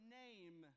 name